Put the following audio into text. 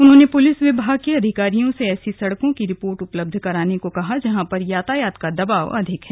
उन्होंने पुलिस विभाग के अधिकारियों से ऐसी सड़कों की रिपोर्ट उपलब्ध कराने को कहा जहां पर यातायात का दबाव अधिक है